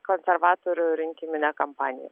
konservatorių rinkiminė kampanija